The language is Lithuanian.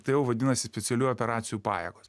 tai jau vadinasi specialiųjų operacijų pajėgos